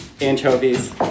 anchovies